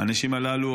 האנשים הללו,